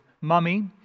mummy